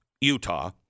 Utah